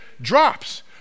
drops